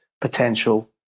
potential